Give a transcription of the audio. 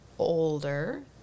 older